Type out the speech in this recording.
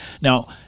Now